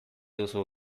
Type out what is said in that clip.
duzu